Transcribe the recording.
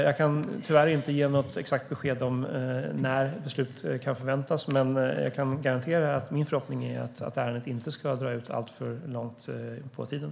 Jag kan tyvärr inte ge något exakt besked om när ett beslut kan förväntas, men jag kan garantera att min förhoppning är att ärendet inte ska dra ut alltför långt på tiden.